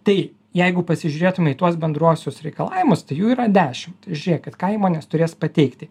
tai jeigu pasižiūrėtume į tuos bendruosius reikalavimus tai jų yra dešimt žiūrėkit ką įmonės turės pateikti